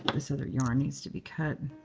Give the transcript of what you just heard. this other yarn needs to be cut.